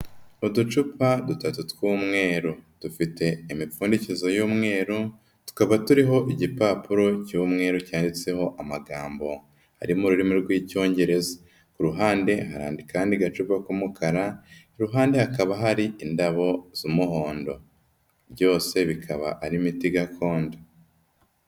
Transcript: Uducupa dutatu tw'umweru, dufite imipfundikizo y'umweru, tukaba turiho igipapuro cy'umweru cyanditseho amagambo ari mu rurimi rw'Icyongereza. Ku ruhande hari akandi gacupa k'umukara, iruhande hakaba hari indabo z'umuhondo. Byose bikaba ari imiti gakondo.